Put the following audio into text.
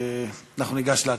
אנחנו ניגש להצבעה.